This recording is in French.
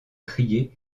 crier